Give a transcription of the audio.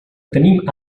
tenim